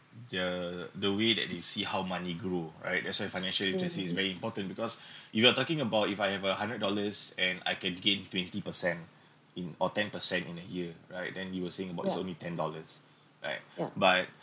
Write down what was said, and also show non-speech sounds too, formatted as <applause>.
the the way that they see how money grew right that's why financial agency is very important because <breath> you are talking about if I have a hundred dollars and I can gain twenty per cent in or ten per cent in a year right then you were saying about it's only ten dollars right but